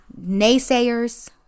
naysayers